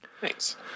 thanks